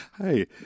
Hey